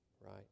right